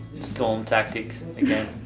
storm tactics again,